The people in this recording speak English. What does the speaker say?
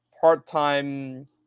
part-time